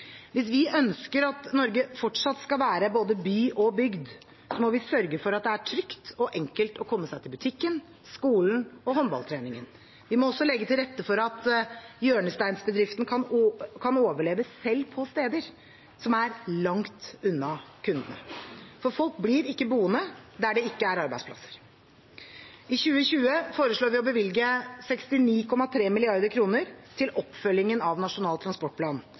Hvis vi ønsker at Norge fortsatt skal ha både by og bygd, må vi sørge for at det er trygt og enkelt å komme seg til butikken, skolen og til håndballtrening. Vi må også legge til rette for at hjørnesteinsbedriften kan overleve selv på steder som er langt unna kundene. Folk blir ikke boende der det ikke er arbeidsplasser. I 2020 foreslår vi å bevilge 69,3 mrd. kr til oppfølgingen av Nasjonal transportplan,